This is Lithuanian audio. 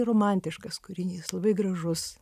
romantiškas kūrinys labai gražus